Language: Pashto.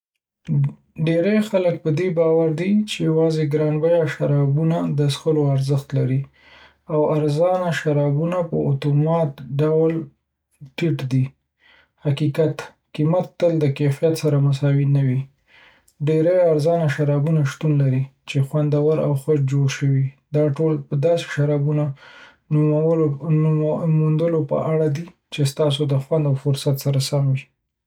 ډیری خلک پدې باور دي چې یوازې ګران شرابونه د څښلو ارزښت لري او ارزانه شرابونه په اتوماتيک ډول ټیټ دي. حقیقت: قیمت تل د کیفیت سره مساوي نه وي. ډیری ارزانه شرابونه شتون لري چې خوندور او ښه جوړ شوي دي. دا ټول د داسې شراب موندلو په اړه دي چې ستاسو د خوند او فرصت سره سم وي.